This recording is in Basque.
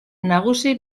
nagusi